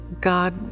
God